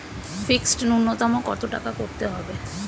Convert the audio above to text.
Fixed নুন্যতম কত টাকা করতে হবে?